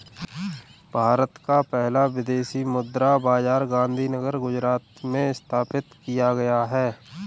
भारत का पहला विदेशी मुद्रा बाजार गांधीनगर गुजरात में स्थापित किया गया है